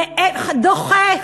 דוחה,